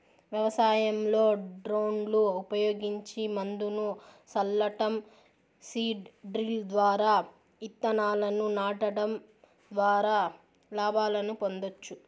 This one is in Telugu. వ్యవసాయంలో డ్రోన్లు ఉపయోగించి మందును సల్లటం, సీడ్ డ్రిల్ ద్వారా ఇత్తనాలను నాటడం ద్వారా లాభాలను పొందొచ్చు